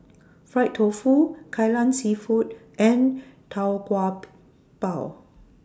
Fried Tofu Kai Lan Seafood and Tau Kwa Pau